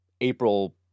April